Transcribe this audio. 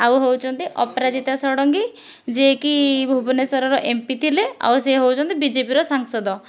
ଆଉ ହେଉଛନ୍ତି ଅପରଜିତା ଷଡଙ୍ଗୀ ଯିଏକି ଭୁବନେଶ୍ଵରର ଏମ୍ପି ଥିଲେ ଆଉ ସିଏ ହେଉଛନ୍ତି ବିଜେପିର ସାଂସଦ